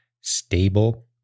stable